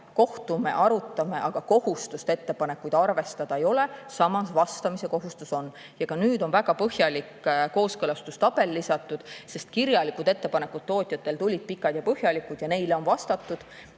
kohtume, arutame, aga kohustust ettepanekuid arvestada ei ole. Samas, vastamise kohustus on. Ka nüüd on väga põhjalik kooskõlastustabel lisatud, sest tootjate kirjalikud ettepanekud olid pikad ja põhjalikud. Neile on vastatud